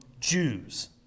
Jews